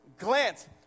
glance